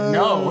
no